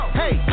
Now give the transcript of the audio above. hey